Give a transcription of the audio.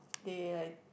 they like